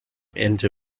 into